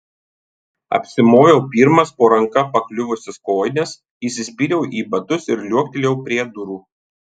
apsimoviau pirmas po ranka pakliuvusias kojines įsispyriau į batus ir liuoktelėjau prie durų